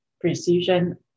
precision